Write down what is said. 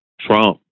Trump